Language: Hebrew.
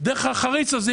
ייכנסו דרך החריץ הזה,